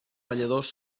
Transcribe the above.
balladors